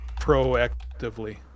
proactively